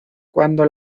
cuando